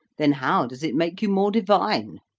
then how does it make you more divine.